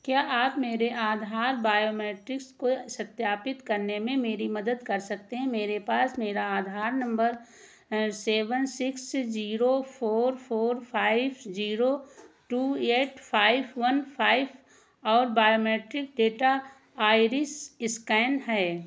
क्या आप मेरे आधार बायोमेट्रिक्स को सत्यापित करने में मेरी मदद कर सकते हैं मेरे पास मेरा Aadhaar number seven six zero four four five zero two eight five one five और बायोमेट्रिक डेटा आइरिस एस्कैन है